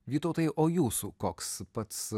vytautai o jūsų koks pats